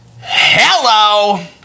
Hello